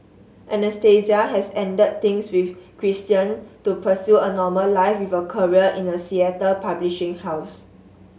Anastasia has ended things with Christian to pursue a normal life with a career in a Seattle publishing house